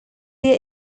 wir